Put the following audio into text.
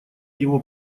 его